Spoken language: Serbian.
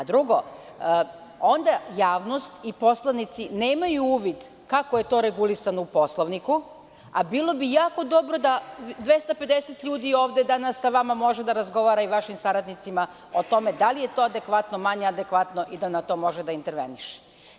Drugo, onda javnost i poslanici nemaju uvid kako je to regulisano u Poslovniku, a bilo bi jako dobro da 250 ljudi ovde danas sa vama može da razgovara i vašim saradnicima o tome da li je to adekvatno, manje adekvatno i da na to može da interveniše.